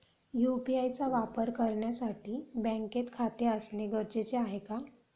UPI चा वापर करण्यासाठी बँकेत खाते असणे गरजेचे आहे का?